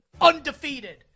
undefeated